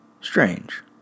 Strange